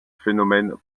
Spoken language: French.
phénomènes